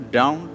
down